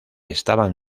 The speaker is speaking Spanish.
estaban